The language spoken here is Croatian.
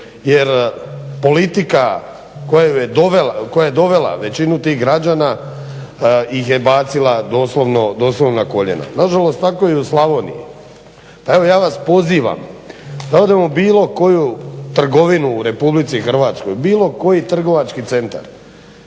jer politika koja je dovela većinu tih građana ih je bacila doslovno na koljena. Nažalost tako i u Slavoniji. Pa evo ja vas pozivam da odemo u bilo koju trgovinu u RH, bilo koji trgovački centra,